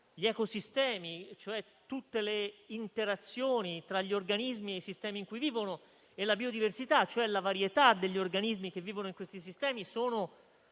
gli ecosistemi (cioè tutte le interazioni tra gli organismi e i sistemi in cui vivono) e la biodiversità (cioè la varietà degli organismi che vivono in questi sistemi) sono